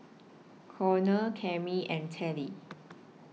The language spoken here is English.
Connor Cammie and Telly